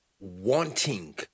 wanting